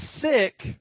sick